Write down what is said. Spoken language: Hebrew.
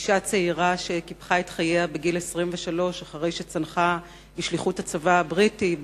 אשה צעירה שקיפחה את חייה בגיל 23 אחרי שצנחה בשליחות הצבא הבריטי,